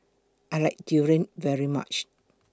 I like Durian very much